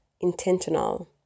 intentional